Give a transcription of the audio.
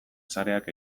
sareak